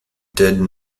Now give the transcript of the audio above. did